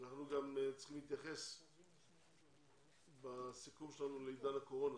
אנחנו גם צריכים להתייחס בסיכום שלנו לעידן הקורונה,